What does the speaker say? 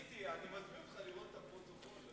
אני מזמין אותך לראות את הפרוטוקול.